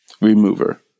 Remover